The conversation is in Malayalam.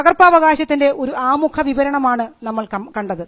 പകർപ്പവകാശത്തിൻറെ ഒരു ആമുഖ വിവരണമാണ് നമ്മൾ കണ്ടത്